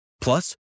Plus